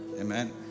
Amen